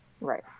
right